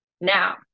now